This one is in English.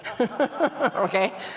Okay